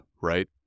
right